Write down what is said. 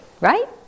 Right